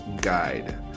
guide